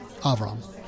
Avram